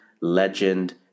Legend